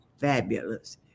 fabulous